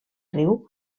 riu